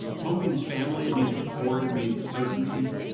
home means family, it means support, it means certainty.